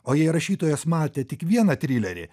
o jei rašytojas matė tik vieną trilerį